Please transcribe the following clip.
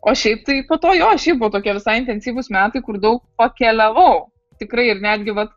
o šiaip tai po to jo šiaip buvo tokie visai intensyvūs metai kur daug pakeliavau tikrai ir netgi vat